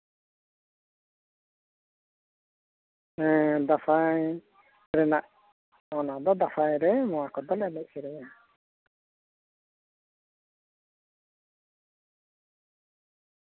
ᱦᱮᱸ ᱫᱟᱸᱥᱟᱭ ᱨᱮᱱᱟᱜ ᱚᱱᱟ ᱫᱚ ᱫᱟᱸᱥᱟᱭ ᱨᱮ ᱱᱚᱣᱟ ᱠᱚᱫᱚᱞᱮ ᱮᱱᱮᱡ ᱥᱮᱨᱮᱧᱟ